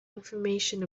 information